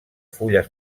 fulles